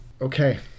Okay